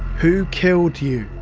who killed you?